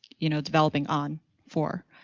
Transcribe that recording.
you know developing on for.